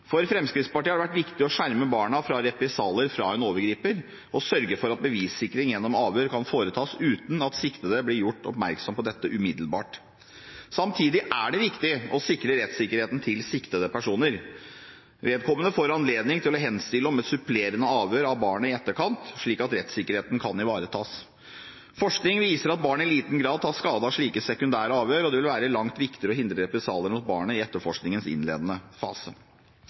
For Fremskrittspartiet har det vært viktig å skjerme barna fra represalier fra en overgriper og sørge for at bevissikring gjennom avhør kan foretas uten at siktede blir gjort oppmerksom på dette umiddelbart. Samtidig er det viktig å sikre rettssikkerheten til siktede personer. Vedkommende får anledning til å henstille om et supplerende avhør av barnet i etterkant, slik at rettssikkerheten kan ivaretas. Forskning viser at barn i liten grad tar skade av slike sekundære avhør, og det vil være langt viktigere å hindre represalier mot barnet i etterforskningens innledende fase.